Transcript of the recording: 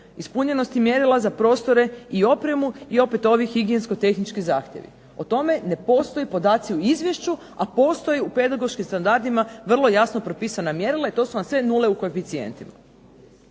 satnicom, ispunjenosti mjerila za prostore i opremu i opet ovih higijensko-tehničkih zahtjeva. O tome ne postoje podaci u izvješću, a postoje u pedagoškim standardima vrlo jasno propisana mjerila i to su vam sve nule u koeficijentima.